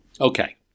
Okay